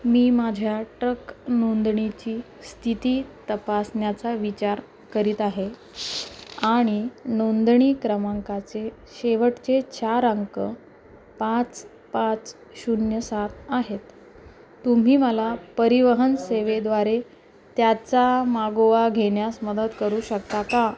मी माझ्या ट्रक नोंदणीची स्थिती तपासण्याचा विचार करीत आहे आणि नोंदणी क्रमांकाचे शेवटचे चार अंक पाच पाच शून्य सात आहेत तुम्ही मला परिवहन सेवेद्वारे त्याचा मागोवा घेण्यास मदत करू शकता का